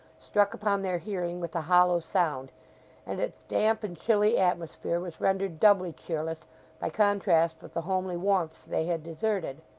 struck upon their hearing with a hollow sound and its damp and chilly atmosphere was rendered doubly cheerless by contrast with the homely warmth they had deserted.